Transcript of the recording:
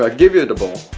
like give you the ball.